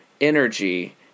energy